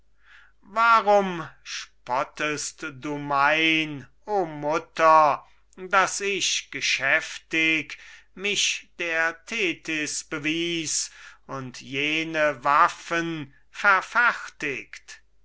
warum spottest du mein o mutter daß ich geschäftig mich der thetis bewies und jene waffen